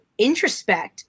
introspect